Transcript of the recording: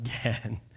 again